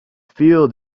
feel